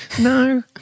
no